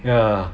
ya